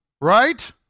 right